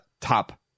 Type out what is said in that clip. top